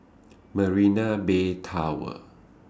Marina Bay Tower